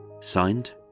Signed